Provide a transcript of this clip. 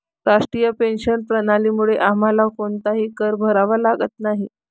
राष्ट्रीय पेन्शन प्रणालीमुळे आम्हाला कोणताही कर भरावा लागत नाही